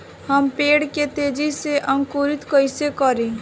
हम पेड़ के तेजी से अंकुरित कईसे करि?